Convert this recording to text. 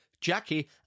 Jackie